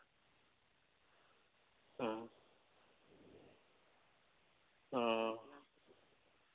ᱦᱩᱸ ᱦᱩᱸ